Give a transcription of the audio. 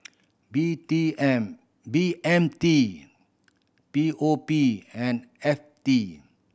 B T M B M T P O P and F T